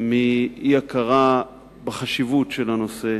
מאי-הכרה בחשיבות של הנושא